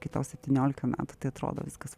kai tau septyniolika metų tai atrodo viskas